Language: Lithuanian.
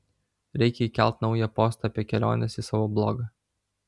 reikia įkelt naują postą apie keliones į savo blogą